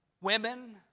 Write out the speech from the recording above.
women